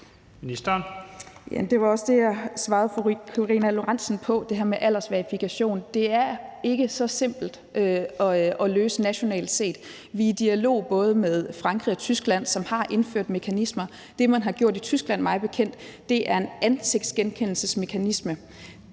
Det var også det, jeg svarede fru Karina Lorentzen Dehnhardt på, altså det her med aldersverificering. Det er ikke så simpelt at løse det nationalt. Vi er i dialog både med Frankrig og Tyskland, som har indført mekanismer. Det, man har gjort i Tyskland, mig bekendt, er en ansigtsgenkendelsesmekanisme.